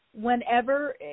whenever